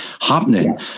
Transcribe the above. happening